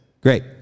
Great